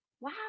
wow